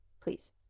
Please